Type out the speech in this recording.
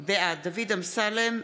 אמסלם,